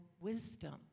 wisdom